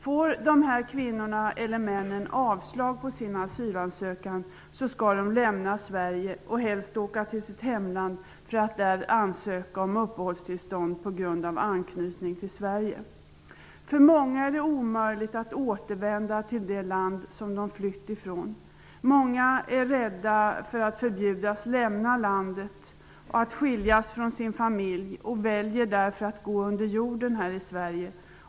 Om dessa kvinnor eller män får avslag på sin asylansökan skall de lämna Sverige och helst åka till sitt hemland för att där ansöka om uppehållstillstånd på grund av anknytning till För många är det omöjligt att återvända till det land som de har flytt ifrån. Många är rädda för att de skall förbjudas att lämna landet och därmed skiljas från sin familj. Därför väljer de att gå under jorden här i Sverige.